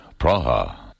Praha